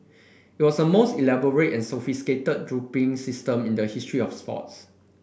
it was the most elaborate and sophisticated doping system in the history of sports